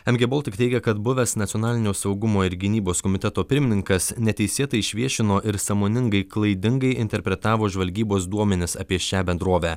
mg baltic teigia kad buvęs nacionalinio saugumo ir gynybos komiteto pirmininkas neteisėtai išviešino ir sąmoningai klaidingai interpretavo žvalgybos duomenis apie šią bendrovę